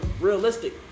realistic